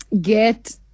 Get